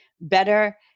Better